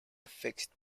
fixed